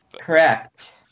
correct